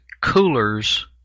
coolers